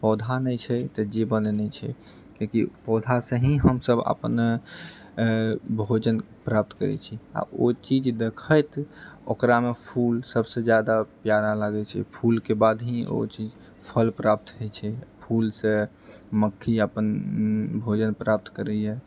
पौधा नहि छै तऽ जीवन नहि छै किआकि पौधासँ ही हमसब अपन भोजन प्राप्त करैत छी आ ओ चीज देखैत ओकरामे फूल सबसँ जादा प्यारा लागैत छै फूलके बाद ही ओ चीज फल प्राप्त होइत छै फूलसँ मक्खी अपन भोजन प्राप्त करैए